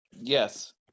Yes